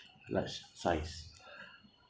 large size